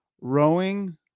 rowing